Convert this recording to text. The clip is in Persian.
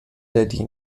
دادی